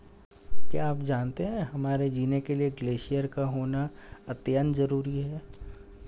क्या आप जानते है हमारे जीने के लिए ग्लेश्यिर का होना अत्यंत ज़रूरी है?